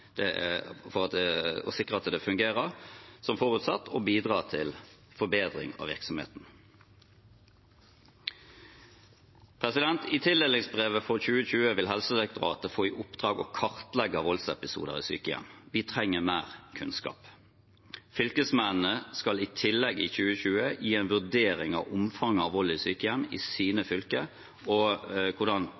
det fungerer som forutsatt og bidrar til forbedring av virksomheten. I tildelingsbrevet for 2020 vil Helsedirektoratet få i oppdrag å kartlegge voldsepisoder i sykehjem. Vi trenger mer kunnskap. Fylkesmennene skal i tillegg i 2020 gi en vurdering av omfanget av vold i sykehjem i sine fylker og hvordan